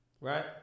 Right